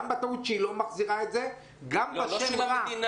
טעות שהיא לא מחזירה את זה -- לא של המדינה,